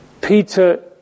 Peter